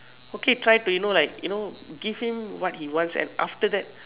okay try to you know like you know give what he wants and after that